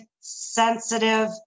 sensitive